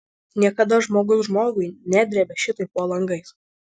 niekada žmogus žmogui nedrėbė šitaip po langais